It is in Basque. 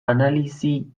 analisi